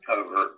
over